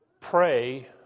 pray